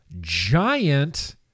Giant